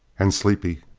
and sleepy.